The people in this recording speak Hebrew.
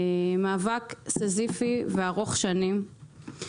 מאבק סיזיפי וארוך שנים.